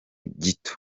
gito